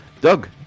Doug